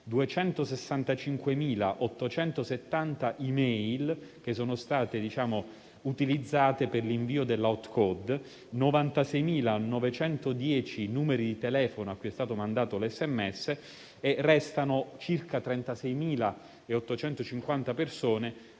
265.870 *e-mail* che sono state utilizzate per l'invio dell'*authcode* e 96.910 numeri di telefono a cui è stato mandato l'SMS. Restano circa 36.850 persone